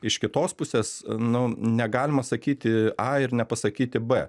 iš kitos pusės nu negalima sakyti a ir nepasakyti bė